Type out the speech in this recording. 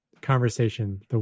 conversation